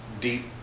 deep